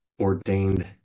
ordained